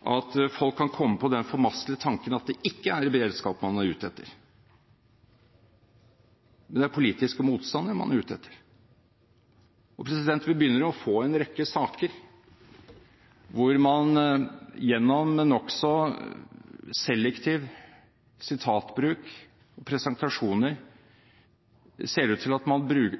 at folk kan komme på den formastelige tanken at det ikke er beredskap man er ute etter, men at det er politiske motstandere man er ute etter. Og vi begynner jo å få en rekke saker hvor det ser ut til at man, gjennom nokså selektiv sitatbruk og presentasjoner,